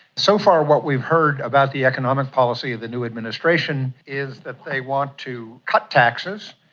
so far what we heard about the economic policy of the new administration is that they want to cut taxes,